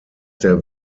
der